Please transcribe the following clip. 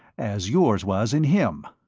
as yours was in him.